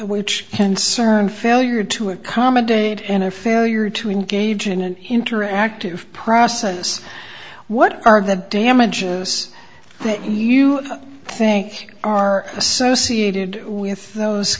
which concerned failure to accommodate their failure to engage in an interactive process what are the damages that you think are associated with those